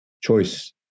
Choice